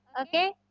Okay